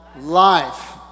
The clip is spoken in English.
life